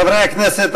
חברי הכנסת,